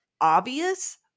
obvious